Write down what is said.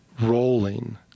rolling